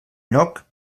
lloc